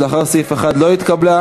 3, לאחרי סעיף 1, לא התקבלה.